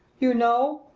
you know,